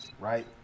Right